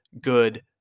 good